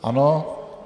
Ano.